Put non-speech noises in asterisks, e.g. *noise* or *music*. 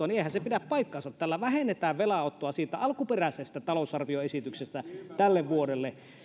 *unintelligible* niin eihän se pidä paikkaansa tällä vähennetään velanottoa siitä alkuperäisestä talousarvioesityksestä tälle vuodelle